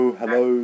hello